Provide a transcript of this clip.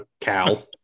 Cal